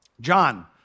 John